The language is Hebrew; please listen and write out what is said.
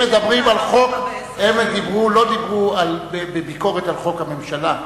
הם לא דיברו בביקורת על חוק הממשלה,